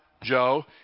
Joe